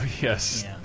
Yes